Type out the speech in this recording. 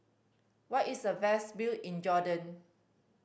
where is the best view in Jordan